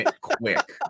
quick